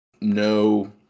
no